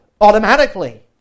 automatically